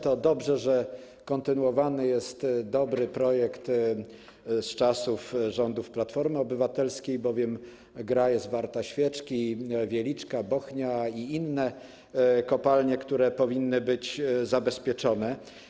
To dobrze, że kontynuowany jest dobry projekt z czasów rządów Platformy Obywatelskiej, bowiem gra jest warta świeczki - Wieliczka, Bochnia i inne kopalnie, które powinny być zabezpieczone.